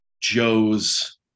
Joe's